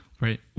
right